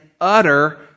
utter